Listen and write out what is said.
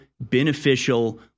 beneficial